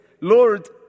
Lord